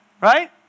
Right